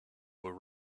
were